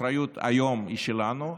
האחריות היום היא שלנו.